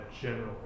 general